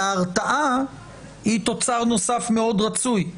וההרתעה היא תוצר נוסף מאוד רצוי.